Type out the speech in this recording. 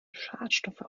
schadstoffe